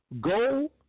Go